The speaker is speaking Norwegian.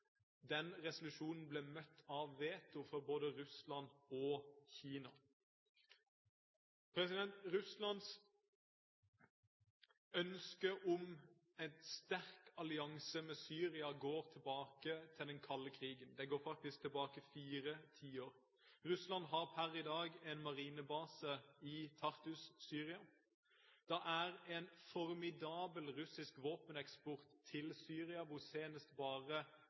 Resolusjonen ble møtt av veto fra både Russland og Kina. Russlands ønske om en sterk allianse med Syria går tilbake til den kalde krigen. Det går faktisk fire tiår tilbake. Russland har per i dag en marinebase i Tartus, Syria. Det er en formidabel russisk våpeneksport til Syria. For bare